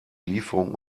lieferung